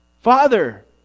Father